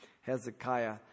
Hezekiah